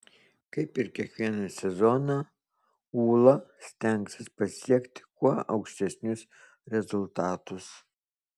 kaip ir kiekvieną sezoną ūla stengsis pasiekti kuo aukštesnius rezultatus